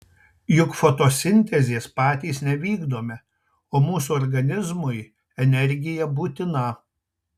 juk fotosintezės patys nevykdome o mūsų organizmui energija būtina